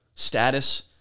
status